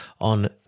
on